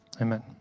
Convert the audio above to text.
Amen